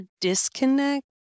disconnect